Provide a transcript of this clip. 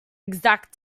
exact